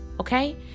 Okay